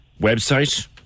website